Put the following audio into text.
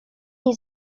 jej